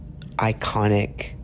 iconic